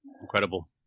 Incredible